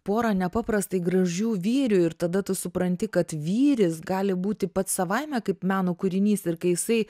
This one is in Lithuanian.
pora nepaprastai gražių vyrių ir tada tu supranti kad vyris gali būti pats savaime kaip meno kūrinys ir kai jisai